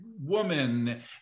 woman